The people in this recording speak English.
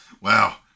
Wow